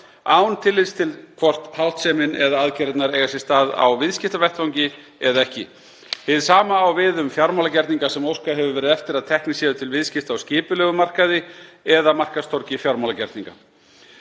án tillits til þess hvort háttsemin eða aðgerðirnar eiga sér stað á viðskiptavettvangi eða ekki. Hið sama á við um fjármálagerninga sem óskað hefur verið eftir að teknir séu til viðskipta á skipulegum markaði eða markaðstorgi fjármálagerninga.